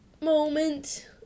moment